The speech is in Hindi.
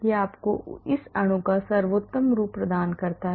यह आपको इस अणु का सर्वोत्तम रूप प्रदान करता है